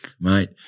mate